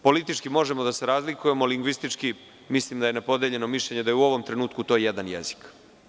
Politički možemo da se razlikujemo, lingvistički mislim da je nepodeljeno mišljenje, da je u ovom trenutku to jedan jezik.